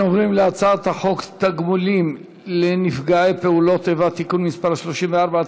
אנחנו עוברים להצעת חוק התגמולים לנפגעי פעולות איבה (תיקון מס' 34),